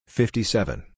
fifty-seven